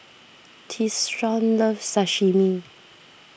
Tyshawn loves Sashimi